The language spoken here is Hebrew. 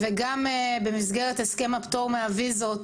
גם במסגרת הסכם הפטור מהוויזות